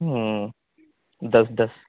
ہوں دس دس